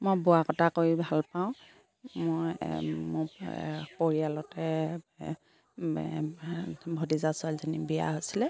মই বোৱা কটা কৰি ভাল পাওঁ মই মোৰ পৰিয়ালতে ভা ভতিজা ছোৱালীজনী বিয়া হৈছিলে